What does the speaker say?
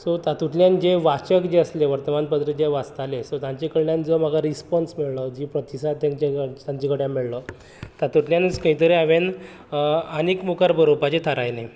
so तातूंतल्यान जे वाचक जे आसले वर्तमानपत्रां जे वाचताले सो तांचे कडल्यान जो म्हाका रिसपॉन्स मेळ्ळो जी प्रतीसाद तेंची कडल्यान मेळ्ळो तातूंतल्यानच खंय तरी हांवेन आनीक मुखार बरोवपाचे थारायलें